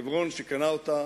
חברון, שקנה אותה